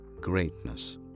greatness